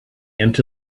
into